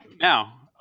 Now